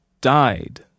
died